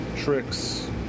tricks